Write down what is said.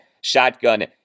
shotgun